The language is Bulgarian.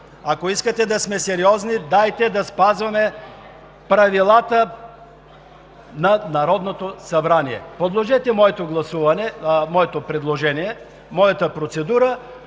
ако искате да сме сериозни, дайте да спазваме правилата на Народното събрание. Подложете на гласуване моето предложение, моята процедура,